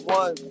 one